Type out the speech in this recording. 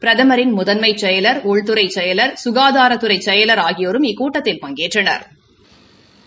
பிரதமின் முதன்மை செயலா உள்துறை செயலா சுகாதாரத்துறை செயலா ஆகியோரும் இக்கூட்டத்தில் பங்கேற்றளா்